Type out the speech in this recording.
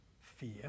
fear